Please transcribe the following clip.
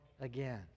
again